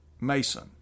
Mason